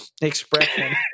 expression